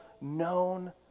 known